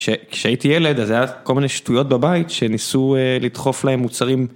כשהייתי ילד אז היה כל מיני שטויות בבית שניסו לדחוף להם מוצרים.